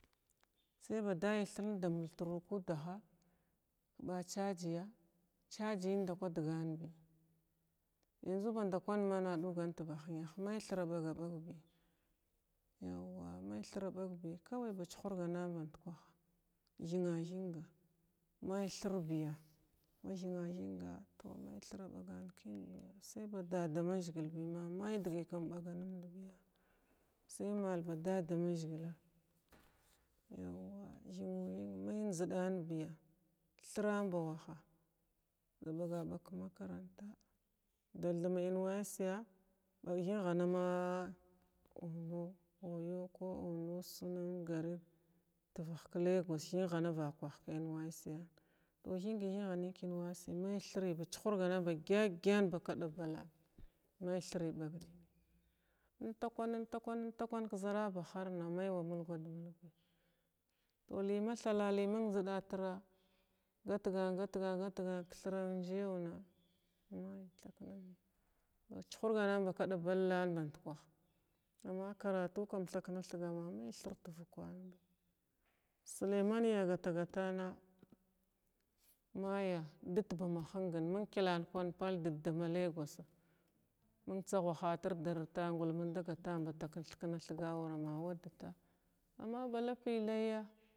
Sai ba chargiya chargiyinma digan bi yanzu ba dakwan na dugga ba hingha. Mai thira bagga bagbi kawai ba cihurgansu bankuh higgs higga mai thir biya ma higga higga mai thira bagun biya ba sai dadamashgil bama maidigi kin baga mimd biya sai mal ba sasamashgila mai zhidan biya thiran bawasha da bagaba makaranta dal da ma nyc ya higgine a oyo ko oyo sunan gakin tiffih ki legos higns fakuh ki nyc ye higgi ba hig nin ma ba cuhurga nan gyagan nyse ma ba ka da balla in takun in takuu talhing a a kuna zarabah harha mai wa mulgad mulgi to li ma thala li min zidetir gatgun gatgan ghitgan ki thira ngo na mai thakna bi bi cuhurganan ba ka daballan ban kwuh amma karatu thakna thiga mai thir thir tuvukumi suleima a gata gatang dhit dama kilau balla lagosa dida min tsahu hane darit in daɗa bataka min thira in thikus thiga amma ba lapi layya.